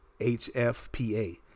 HFPA